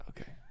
Okay